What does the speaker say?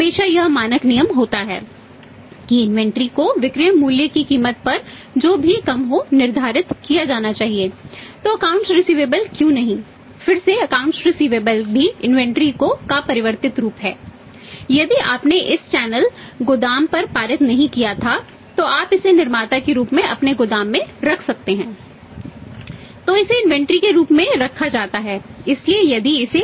हमारे पास मानक नियम है क्योंकि अकॉउंटिंग गोदाम पर पारित नहीं किया था तो आप इसे निर्माता के रूप में अपने गोदाम में रख सकते थे